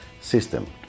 system